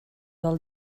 del